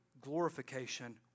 glorification